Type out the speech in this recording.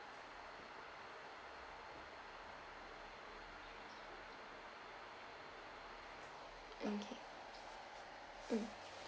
okay um